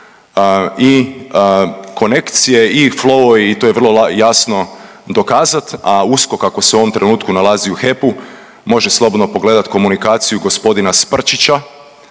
se ne razumije./… i to je vrlo jasno dokazat. A USKOK ako se u ovom trenutku nalazi u HEP-u može slobodno pogledat komunikaciju gospodina Sprčića